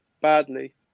badly